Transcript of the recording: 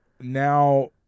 now